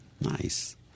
Nice